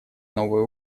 новые